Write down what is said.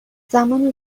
زمان